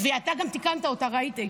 ואתה גם תיקנת אותה, ראיתי.